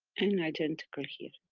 and identical here.